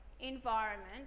environment